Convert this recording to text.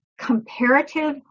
comparative